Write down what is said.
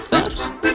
First